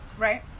Right